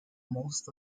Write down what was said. most